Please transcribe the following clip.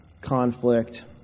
conflict